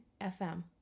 FM